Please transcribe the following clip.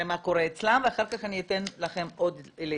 מה קורה אצלם ואחר כך אני אתן לכם עוד להתייחס.